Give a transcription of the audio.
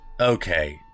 Okay